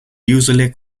isole